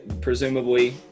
presumably